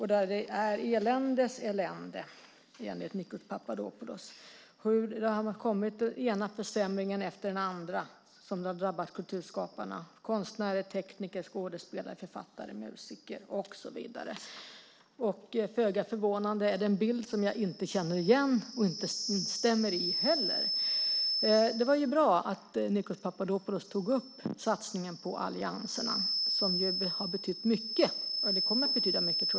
Det är eländes elände enligt Nikos Papadopoulos. Han kommer med den ena försämringen efter den andra som har drabbat kulturskaparna, konstnärer, tekniker, skådespelare, författare, musiker och så vidare. Föga förvånande är det en bild som jag inte känner igen och inte instämmer i heller. Det var bra att Nikos Papadopoulos tog upp satsningen på allianserna som jag tror kommer att betyda mycket.